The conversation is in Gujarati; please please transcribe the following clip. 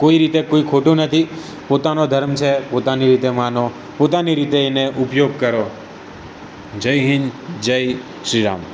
કોઈ રીતે કોઈ ખોટું નથી પોતાનો ધર્મ છે પોતાની રીતે માનો પોતાની રીતે એને ઉપયોગ કરો જય હિન્દ જય શ્રી રામ